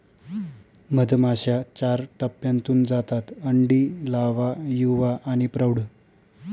मधमाश्या चार टप्प्यांतून जातात अंडी, लावा, युवा आणि प्रौढ